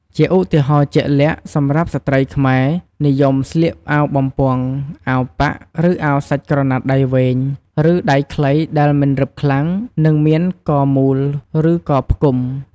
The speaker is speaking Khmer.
ជាឧទាហរណ៍ជាក់លាក់ សម្រាប់ស្ត្រីខ្មែរ និយមស្លៀកអាវបំពង់ អាវប៉ាក់ ឬអាវសាច់ក្រណាត់ដៃវែង ឬដៃខ្លីដែលមិនរឹបខ្លាំង និងមានកមូល ឬកផ្ដុំ។